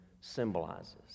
symbolizes